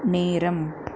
நேரம்